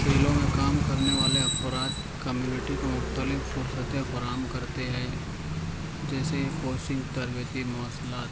کھیلوں میں کام کرنے والے افراد کمیونٹی کو مختلف قوتیں فراہم کرتے ہے جیسے کوچنگ تربیتی مواصلات